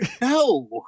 no